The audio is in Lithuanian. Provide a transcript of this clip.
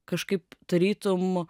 kažkaip tarytum